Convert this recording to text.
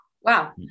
Wow